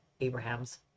Abraham's